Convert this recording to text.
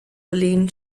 boleyn